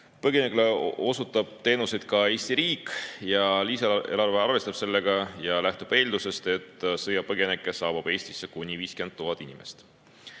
Põgenikele osutab teenuseid ka Eesti riik ja lisaeelarve arvestab sellega, lähtudes eeldusest, et sõjapõgenikke saabub Eestisse kuni 50 000 inimest.